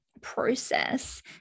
process